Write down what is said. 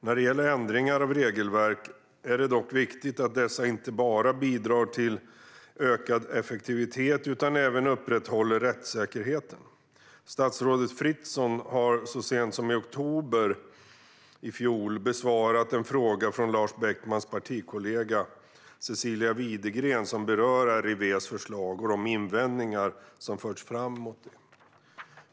När det gäller ändringar av regelverk är det dock viktigt att dessa inte bara bidrar till ökad effektivitet utan även upprätthåller rättssäkerheten. Statsrådet Fritzon har så sent som i oktober i fjol besvarat en fråga från Lars Beckmans partikollega Cecilia Widegren som berör REV:s förslag och de invändningar som förts fram mot det.